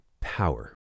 power